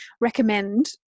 recommend